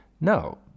No